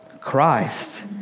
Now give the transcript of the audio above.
Christ